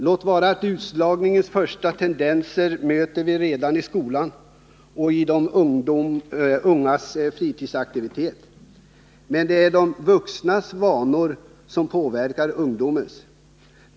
Låt vara att utslagningens första tendenser möter oss redan i skolan och i de ungas fritidsaktiviteter, men det är de vuxnas vanor som påverkar ungdomens.